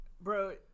Bro